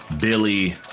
Billy